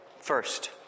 first